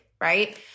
right